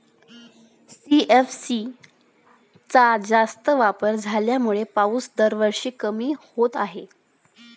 CFC चा जास्त वापर झाल्यामुळे पाऊस दरवर्षी कमी होत आहे